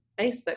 Facebook